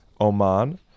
Oman